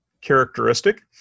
Characteristic